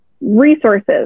resources